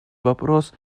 вопрос